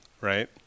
right